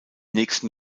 nächsten